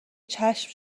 چشم